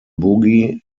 boogie